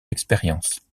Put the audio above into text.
expérience